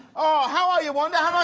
oh, how are you, wanda? um ah